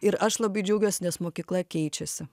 ir aš labai džiaugiuosi nes mokykla keičiasi